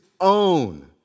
own